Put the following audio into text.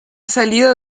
salido